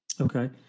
Okay